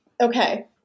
Okay